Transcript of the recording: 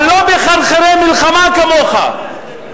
אבל לא מחרחרי מלחמה כמוך.